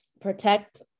protect